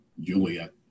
Juliet